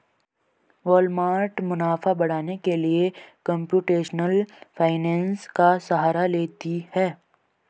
Walmart मुनाफा बढ़ाने के लिए कंप्यूटेशनल फाइनेंस का सहारा लेती है